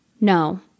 No